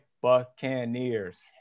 Buccaneers